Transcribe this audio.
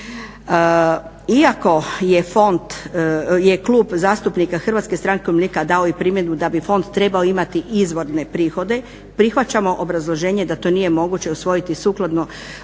Iako je Klub zastupnika Hrvatske stranke umirovljenika dao i primjedbu da bi Fond trebao imati izvorne prihode, prihvaćamo obrazloženje da to nije moguće usvojiti sukladno